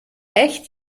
echt